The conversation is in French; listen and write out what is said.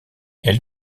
elle